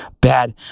bad